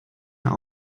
mehr